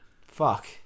Fuck